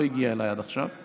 היא לא הגיעה אליי עד עכשיו.